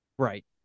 Right